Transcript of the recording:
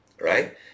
Right